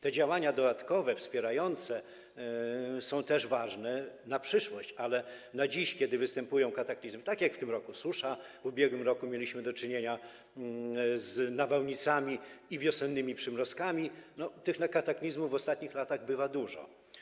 Te działania dodatkowe, wspierające, są też ważne na przyszłość, ale przede wszystkim dziś, kiedy występują kataklizmy, tak jak w tym roku susza, w ubiegłym roku mieliśmy do czynienia z nawałnicami i wiosennymi przymrozkami, tych kataklizmów w ostatnich latach bywa dużo.